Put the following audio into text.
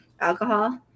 alcohol